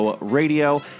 Radio